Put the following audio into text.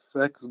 sex